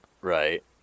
Right